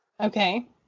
Okay